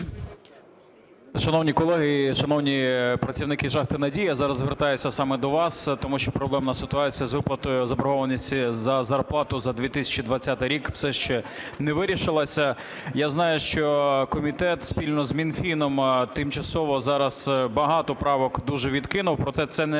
Шановні колеги, шановні працівники шахти "Надія", зараз звертаюся саме до вас, тому що проблемна ситуація з виплатою заборгованості за зарплату за 2020 рік все ще не вирішилася. Я знаю, що комітет спільно з Мінфіном тимчасово зараз багато правок дуже відкинув, проте це не